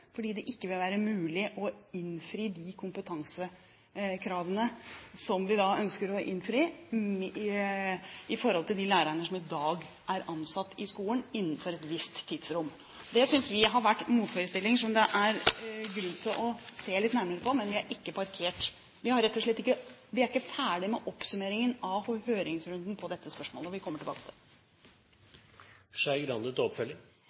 fordi det ikke vil være mulig å innfri de kompetansekravene som de da ønsker for de lærerne som i dag er ansatt i skolen, innenfor et visst tidsrom. Vi synes det har vært motforestillinger som det er grunn til å se litt nærmere på, men vi har ikke parkert. Vi er rett og slett ikke ferdig med oppsummeringen av høringsrunden på dette spørsmålet, og vi kommer tilbake